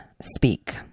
speak